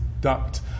duct